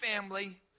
family